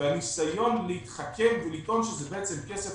והניסיון להתחכם ולטעון שזה בעצם כסף